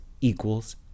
equals